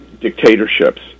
dictatorships